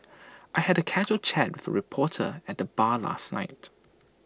I had A casual chat for reporter at the bar last night